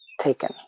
taken